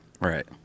Right